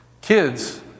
Kids